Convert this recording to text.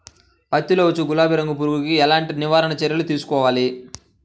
పత్తిలో వచ్చు గులాబీ రంగు పురుగుకి ఎలాంటి నివారణ చర్యలు తీసుకోవాలి?